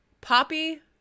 Poppy